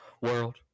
world